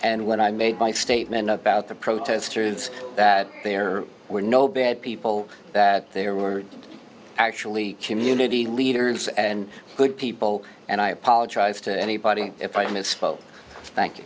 and when i made my statement about the protesters it's that there were no bad people that they were actually community leaders and good people and i apologize to anybody if i misspoke thank you